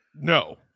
No